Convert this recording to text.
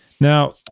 Now